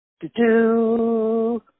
Do-do